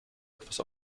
etwas